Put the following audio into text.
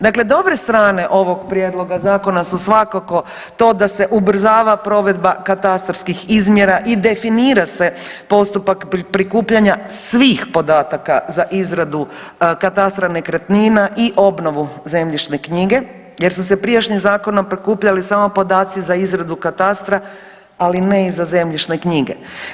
Dakle, dobre strane ovog prijedloga zakona su svakako to da se ubrzava provedba katastarskih izmjera i definira se postupak prikupljanja svih podataka za izradu katastra nekretnina i obnovu zemljišne knjige jer su se prijašnjim zakonom prikupljali samo podaci za izradu katastra ali ne i za zemljišne knjige.